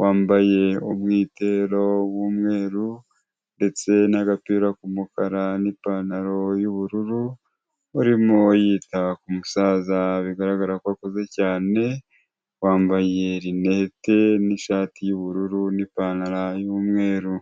wambaye umwitero w'umweru ndetse n'agapira k'umukara n'ipantaro y'ubururu, urimo yita ku musaza bigaragara ko akuze cyane, wambaye rinete n'ishati y'ubururu n'ipantaro y'umweru.